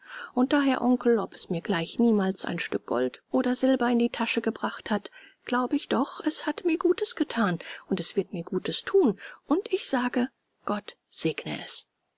und daher onkel ob es mir gleich niemals ein stück gold oder silber in die tasche gebracht hat glaube ich doch es hat mir gutes gethan und es wird mir gutes thun und ich sage gott segne es